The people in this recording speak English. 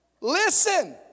Listen